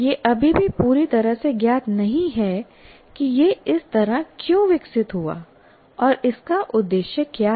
यह अभी भी पूरी तरह से ज्ञात नहीं है कि यह इस तरह क्यों विकसित हुआ और इसका उद्देश्य क्या है